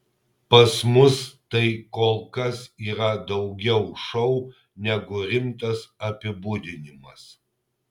pas mus tai kol kas yra daugiau šou negu rimtas apibūdinimas